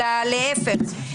אלא להיפך.